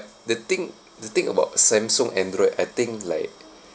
the thing the thing about Samsung android I think like